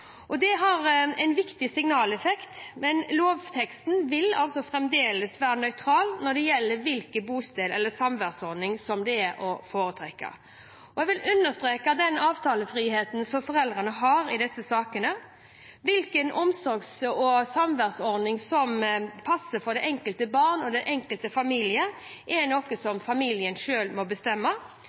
Det har en viktig signaleffekt, men lovteksten vil fremdeles være nøytral når det gjelder hvilken bosteds- eller samværsordning som er å foretrekke. Jeg vil understreke den avtalefriheten som foreldrene har i disse sakene. Hvilken omsorgs- og samværsordning som passer for det enkelte barn og den enkelte familie, er noe som familien selv må bestemme.